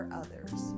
others